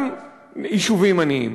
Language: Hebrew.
גם יישובים עניים,